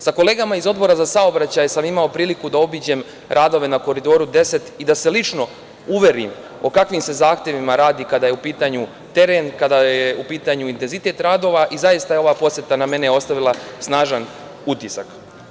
Sa kolegama iz Odbora za saobraćaj, imao sam priliku da obiđem radove na Koridoru 10 i da se lično uverim o kakvim se zahtevima radi, kada je u pitanju teren, kada je u pitanju intenzitet radova i zaista je ova poseta na mene ostavila snažan utisak.